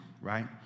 right